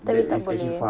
terus tak boleh